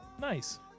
Nice